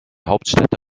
hauptstädte